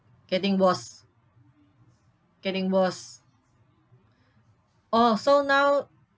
getting worse getting worse oh so now